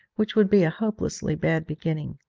which would be a hopelessly bad beginning.